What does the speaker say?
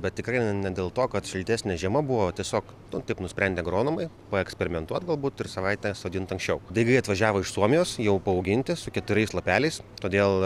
bet tikrai ne dėl to kad šiltesnė žiema buvo tiesiog nu taip nusprendė agronomai paeksperimentuot galbūt ir savaitę sodint anksčiau daigai atvažiavo iš suomijos jau paauginti su keturiais lapeliais todėl